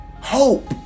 hope